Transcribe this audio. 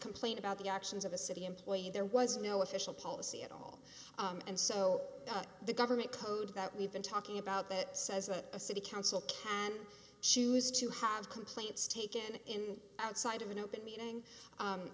complain about the actions of a city employee there was no official policy at all and so the government code that we've been talking about that says a city council can choose to have complaints taken in outside of an open meeting